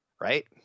right